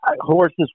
Horses